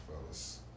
fellas